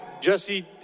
Jesse